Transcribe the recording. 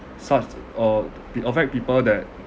such uh be affect people that